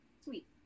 sweet